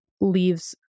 leaves